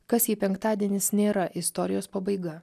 kas jei penktadienis nėra istorijos pabaiga